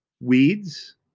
weeds